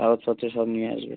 কাগজপত্র সব নিয়ে আসবে